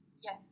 Yes